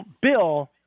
bill